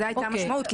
זו הייתה המשמעות.